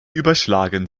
überschlagen